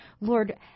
Lord